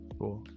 cool